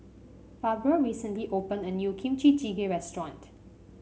Barbara recently opened a new Kimchi Jjigae Restaurant